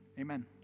Amen